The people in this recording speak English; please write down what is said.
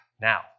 now